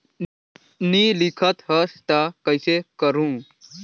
नी लिखत हस ता कइसे करू?